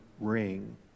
ring